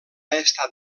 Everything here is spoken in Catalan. estat